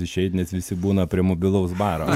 išeit nes visi būna prie mobilaus baro